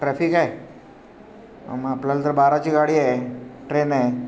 traffic आहे मग जरा आपल्याला बाराची गाडी आहे ट्रेन आहे